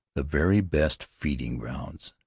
the very best feeding-grounds.